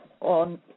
on